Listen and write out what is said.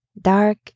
dark